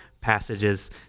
passages